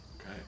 okay